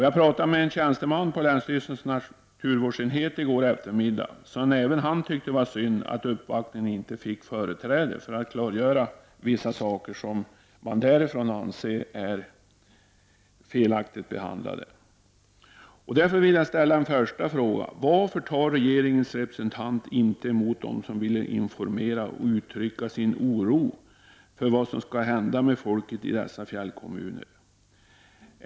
Jag pratade med en tjänsteman på länsstyrelsens naturvårdsenhet i går eftermiddag, och även han tyckte det var synd att uppvaktningen inte fick företräde, så att man kunde klargöra vissa saker som man anser vara felaktigt behandlade. Därför vill jag ställa frågan: Varför tar regeringens representant inte emot dem som vill informa om förhållandena och uttrycka sin oro över det som skall hända med folket i dessa fjällkommuner?